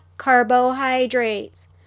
carbohydrates